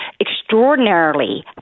extraordinarily